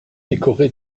décoré